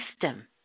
system